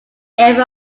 ever